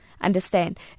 Understand